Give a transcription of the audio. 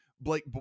Blake